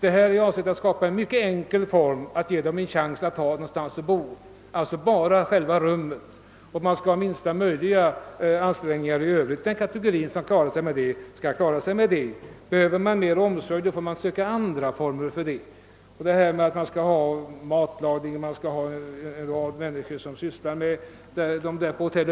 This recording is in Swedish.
livet. Avsikten är att i mycket enkel form ge vederbörande en möjlighet att ordna bostadsfrågan. Man skall endast ställa själva rummet till förfogande för dem och i övrigt göra minsta möjliga arrangemang. För de kategorier som behöver mera av omsorger får andra former än frivårdshemmen anlitas. Det har sagts att man borde lämna hjälp med matlagning och annat, men det betyder att en rad människor skulle behöva engageras för ändamålet.